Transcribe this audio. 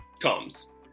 comes